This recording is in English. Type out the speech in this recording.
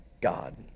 God